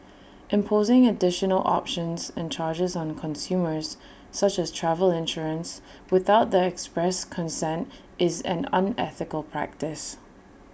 imposing additional options and charges on consumers such as travel insurance without their express consent is an unethical practice